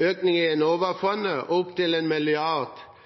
økning i Enova-fondet og opptil 1 mrd. kr til